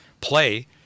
play